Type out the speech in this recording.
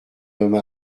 homme